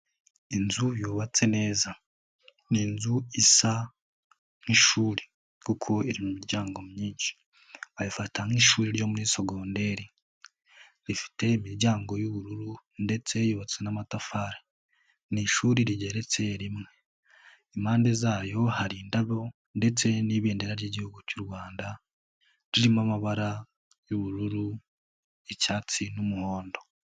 Inzu yubatse neza, ni inzu isa nk'ishuri kuko iri mu miryango myinshi, wayifata nk'ishuri ryo muri sogonderi rifite imiryango y'ubururu ndetse yubatswe n'amatafari, ni ishuri rigeretse rimwe impande zaryo hari indabo ndetse n'ibendera ry'Igihugu cy'u Rwanda ririmo amabara y'ubururu, icyatsi n'umuhondo.